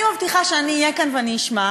אני מבטיחה שאני אהיה כאן ואני אשמע,